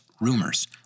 rumors